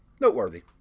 noteworthy